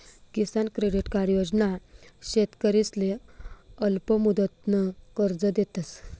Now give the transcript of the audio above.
किसान credit card योजना शेतकरीसले अल्पमुदतनं कर्ज देतस